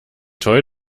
toll